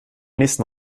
nächsten